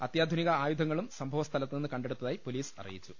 അത്യാധുനിക ആയുധങ്ങളും സംഭവസ്ഥലത്തു നിന്ന് കണ്ടെടുത്ത തായി പൊലീസ് അറിയിച്ചു